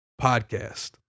podcast